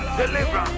deliver